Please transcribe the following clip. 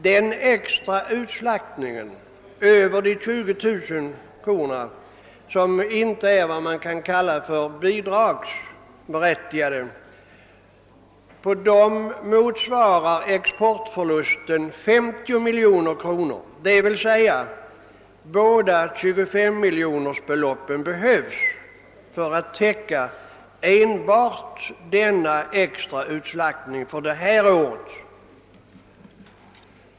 Den extra utslaktning utöver de 20 000 korna, som inte är vad man kan kalla »bidragsberättigad», motsvarar en exportförlust på 50 miljoner kronor, vilket innebär att båda budgetårens 25 miljonersbelopp behövs för att täcka enbart denna extra utslaktning för det här aktuella budgetåret.